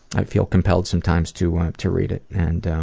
i feel compelled sometimes to want to read it. and